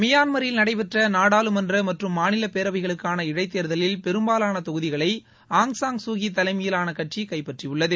மியான்மரில் நடைபெற்ற நாடாளுமன்ற மற்றும் மாநில பேரவைகளுக்கான இடைத்தேர்தலில் பெரும்பாலான தொகுதிகளை ஆளும் ஆங் சான் சூகி தலைமையிலான கட்சி கைப்பற்றியுள்ளது